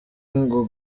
ngo